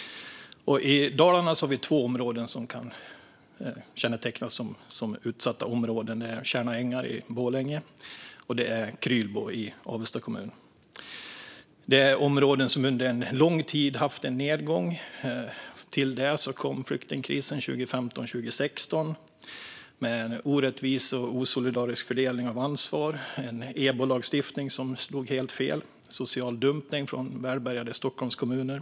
I Dalarna har vi två områden som kan kännetecknas som utsatta områden: Tjärna ängar i Borlänge och Krylbo i Avesta kommun. Detta är områden som under lång tid har haft en nedgång. Till det kom flyktingkrisen 2015-2016, med en orättvis och osolidarisk fördelning av ansvar, och en EBO-lagstiftning som slog helt fel. Det skedde social dumpning från välbärgade Stockholmskommuner.